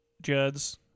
Judd's